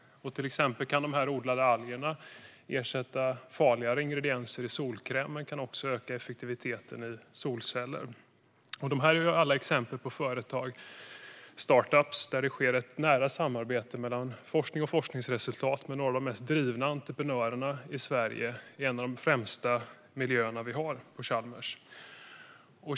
De odlade algerna kan till exempel ersätta farligare ingredienser i solkräm, men de kan också öka effektiviteten i solceller. Detta är exempel på företag, startups, där det sker ett nära samarbete mellan forskning och forskningsresultat med några av de mest drivna entreprenörerna i Sverige i en av de främsta miljöer vi har, på Chalmers.